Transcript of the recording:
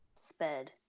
sped